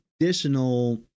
additional